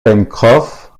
pencroff